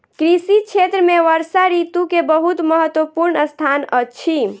कृषि क्षेत्र में वर्षा ऋतू के बहुत महत्वपूर्ण स्थान अछि